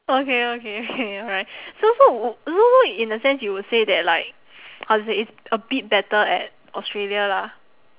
okay okay okay alright okay so so w~ so so in a sense you would say that like how to say it's a bit better at australia lah